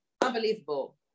unbelievable